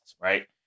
right